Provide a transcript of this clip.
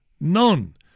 None